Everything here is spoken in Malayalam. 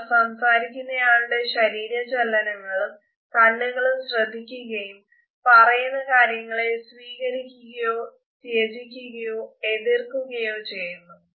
അവർ സംസാരിക്കുന്നയാളുടെ ശരീര ചലനങ്ങളും കണ്ണുകളും ശ്രദ്ധിക്കുകയും പറയുന്ന കാര്യങ്ങളെ സ്വീകരിക്കുകയോ ത്യജിക്കുകയോ എതിർക്കുകയോ ചെയ്യുന്നു